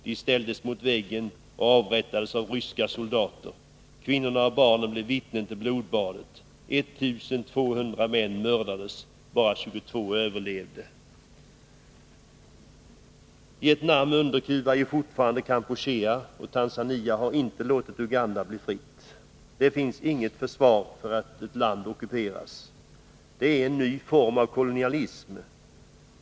De ställdes mot väggen och avrättades av ryska soldater. Kvinnorna och barnen blev vittnen till blodbadet. 1200 män mördades, bara 22 överlevde.” Vietnam underkuvar fortfarande Kampuchea, och Tanzania har inte låtit Uganda bli fritt. Det finns inget försvar för att ett land ockuperas. Det är en ny form av kolonialism.